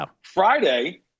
Friday